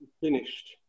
finished